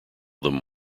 them